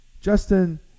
Justin